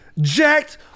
Jacked